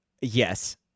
Yes